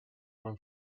one